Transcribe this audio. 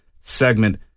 segment